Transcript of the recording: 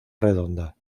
redonda